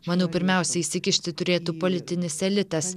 manau pirmiausia įsikišti turėtų politinis elitas